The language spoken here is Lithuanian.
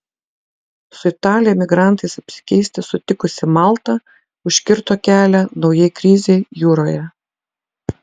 su italija migrantais apsikeisti sutikusi malta užkirto kelią naujai krizei jūroje